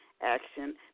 action